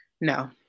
No